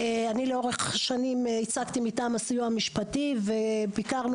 אני לאורך שנים ייצגתי מטעם הסיוע המשפטי וביקרנו